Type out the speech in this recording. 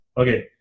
okay